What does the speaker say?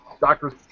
doctor's